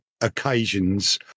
occasions